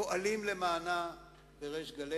פועלים למענה בריש גלי